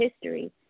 history